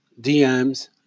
DMs